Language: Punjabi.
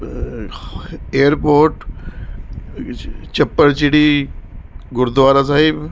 ਏਅਰਪੋਰਟ ਚੱਪੜਚਿੜੀ ਗੁਰਦੁਆਰਾ ਸਾਹਿਬ